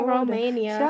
Romania